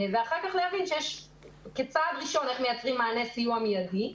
ואחר כך להבין שכצעד ראשון צריך לחשוב איך מייצרים מענה סיוע מידי,